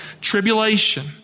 tribulation